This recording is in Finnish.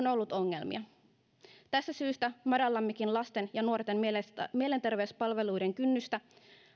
on ollut ongelmia tästä syystä madallammekin lasten ja nuorten mielenterveyspalveluiden kynnystä